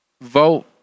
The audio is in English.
Vote